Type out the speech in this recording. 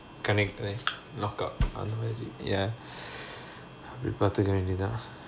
connect and then knockout அந்தமாதிரி:anthamaathiri ya அப்புடி பாத்துக்க வேண்டியது தான்:appudi paathukka vaendiyathu thaan